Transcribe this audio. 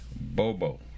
Bobo